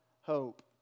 hope